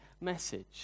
message